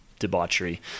debauchery